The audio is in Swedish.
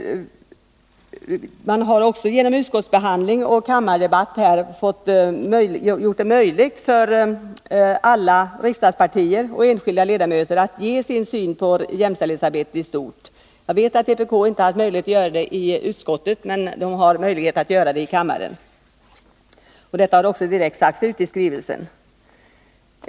Genom utskottsbehandlingen och kammardebatten har det ju blivit möjligt för alla riksdagspartier och enskilda ledamöter att ge sin syn på jämställdhetsarbetet i stort. Jag vet att vpk inte haft möjlighet att göra det i utskottet, men man har ju möjlighet att göra det här i kammaren. Det har också direkt sagts ut i skrivelsen.